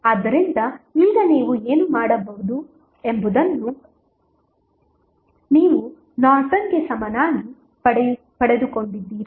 ಆದ್ದರಿಂದ ಈಗ ನೀವು ಏನು ಮಾಡಬಹುದೆಂಬುದನ್ನು ನೀವು ನಾರ್ಟನ್ಗೆ ಸಮನಾಗಿ ಪಡೆದುಕೊಂಡಿದ್ದೀರಾ